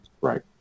Right